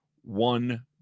one